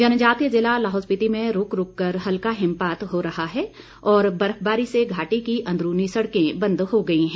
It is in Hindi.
जनजातीय जिला लाहौल स्पिति में रुक रुक कर हल्का हिमपात हो रहा है और बर्फबारी से घाटी की अंदरूनी सड़कें बंद हो गई हैं